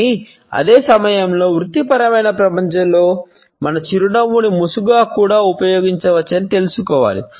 కానీ అదే సమయంలో వృత్తి పరమైన ప్రపంచంలో మన చిరునవ్వును ముసుగుగా కూడా ఉపయోగించవచ్చని తెలుసుకోవాలి